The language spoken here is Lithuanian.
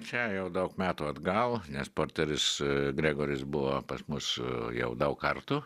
čia jau daug metų atgal nes porteris gregoris buvo pas mus jau daug kartų